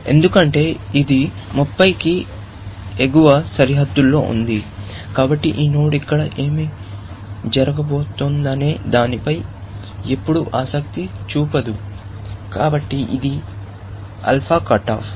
ఎందుకంటే ఇది 30 కి ఎగువ సరిహద్దులో ఉంది కాబట్టి ఈ నోడ్ ఇక్కడ ఏమి జరగబోతోందనే దానిపై ఎప్పుడూ ఆసక్తి చూపదు కాబట్టి ఇది ఆల్ఫా కట్ ఆఫ్